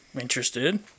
Interested